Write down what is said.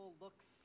looks